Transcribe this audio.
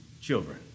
children